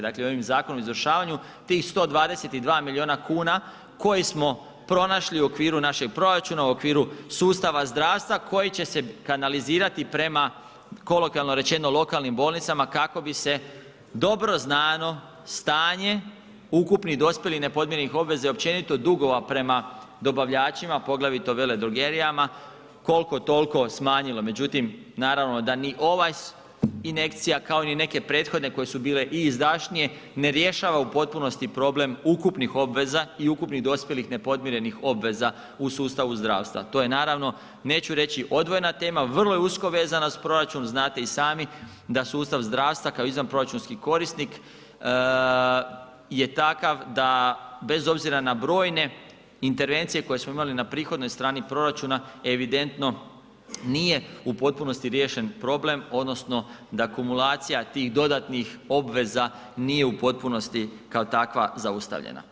Dakle, ovim zakonom o izvršavanju tih 122 miliona kuna koje smo pronašli u okviru našeg proračuna, u okviru sustava zdravstva koji će se kanalizirati prema, kolokvijalno rečeno, lokalnim bolnicama kako bi se dobro znano stanje ukupnih, dospjelih i nepodmirenih obveza i općenito dugova prema dobavljačima poglavito veledrogerijama kolko tolko smanjile, međutim naravno da ni ova injekcija, kao i neke prethodne koje su bile i izdašnije, ne rješava u potpunosti problem ukupnih obveza i ukupnih dospjelih nepodmirenih obveza u sustavu zdravstva, to je naravno, neću reći odvojena tema, vrlo je usko vezana uz proračun, znate i sami da sustav zdravstva kao izvanproračunski korisnik je takav da, bez obzira na brojne intervencije koje smo imali na prihodnoj strani proračuna, evidentno nije u potpunosti riješen problem odnosno da kumulacija tih dodatnih obveza nije u potpunosti kao takva zaustavljena.